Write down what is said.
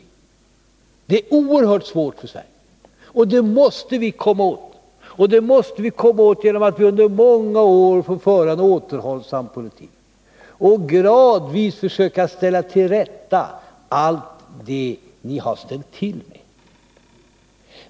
Det är oerhört svårt för Sverige, och det måste vi komma åt — och det kan sam politik och gradvis vi göra genom att under många år föra en återhå försöka ställa till rätta allt det som ni har ställt till med.